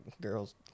girls